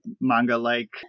manga-like